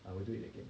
I would do it again